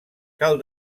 cal